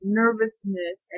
nervousness